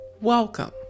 Welcome